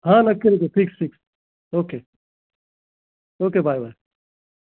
हां नक्की नक्की fix fix okay okay bye bye